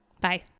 Bye